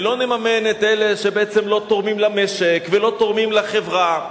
ולא נממן את אלה שלא תורמים למשק ולא תורמים לחברה.